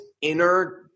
inner